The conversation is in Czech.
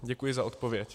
Děkuji za odpověď.